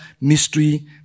Mystery